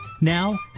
Now